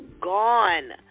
gone